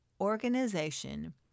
organization